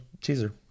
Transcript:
teaser